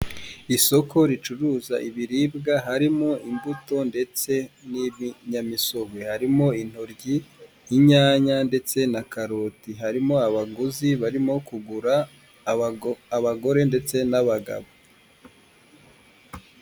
Isoko ricuruza ibiribwa harimo imbuto ndetse n'ibinyamisogwe. Harimo intoryi, inyanya, ndetse na karoti. Harimo abaguzi barimo kugura, abagore ndetse n'abagabo.